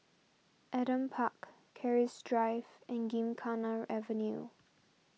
Adam Park Keris Drive and Gymkhana Avenue